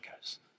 goes